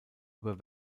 über